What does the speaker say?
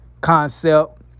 concept